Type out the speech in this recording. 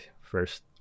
first